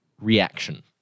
reaction